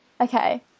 Okay